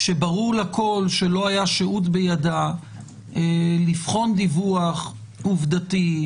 כשברור לכל שלא היה שהות בידה לבחון דיווח עובדתי,